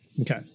Okay